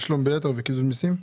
תשלום ביתר וקיזוז מסים.